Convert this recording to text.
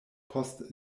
post